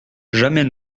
jamais